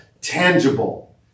tangible